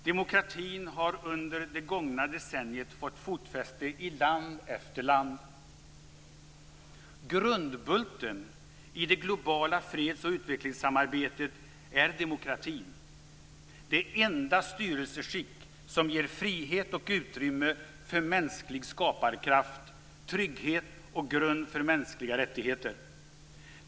Demokratin har under det gångna decenniet fått fotfäste i land efter land. Grundbulten i det globala freds och utvecklingssamarbetet är demokratin - det enda styrelseskick som ger frihet och utrymme för mänsklig skaparkraft, trygghet och grund för mänskliga rättigheter.